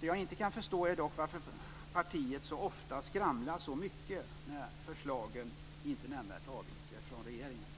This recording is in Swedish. Det jag inte kan förstå är dock varför partiet så ofta skramlar så mycket när förslagen inte nämnvärt avviker från regeringens.